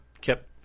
kept